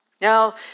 Now